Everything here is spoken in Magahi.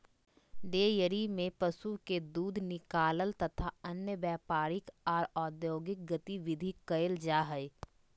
डेयरी में पशु के दूध निकालल तथा अन्य व्यापारिक आर औद्योगिक गतिविधि कईल जा हई